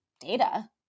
data